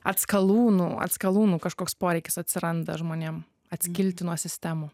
atskalūnų atskalūnų kažkoks poreikis atsiranda žmonėm atskilti nuo sistemų